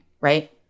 right